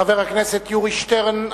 חבר הכנסת יורי שטרן,